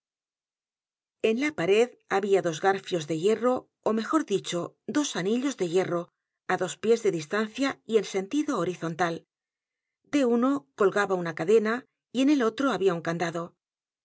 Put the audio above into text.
en la pared había dos garfios de hierro ó mejor dicho dos anillos de hierro á dos pies de distancia y en sentido horizontal de uno colgaba una cadena y en el otro había un candado